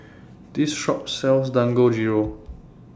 This Shop sells Dangojiru